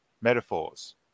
metaphors